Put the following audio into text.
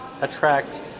attract